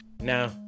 No